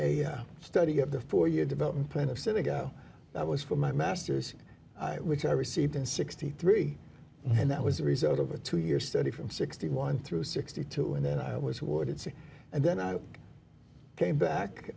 did a study of the four year development plan of set ago that was for my masters which i received in sixty three and that was the result of a two year study from sixty one through sixty two and then i was awarded c and then i came back